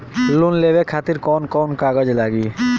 Loan लेवे खातिर कौन कौन कागज लागी?